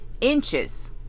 inches